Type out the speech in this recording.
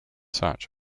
such